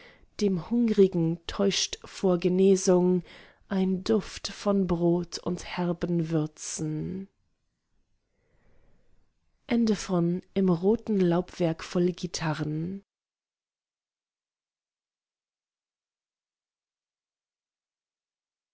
dem hungrigen täuscht vor genesung ein duft von brot und herben würzen